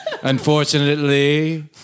Unfortunately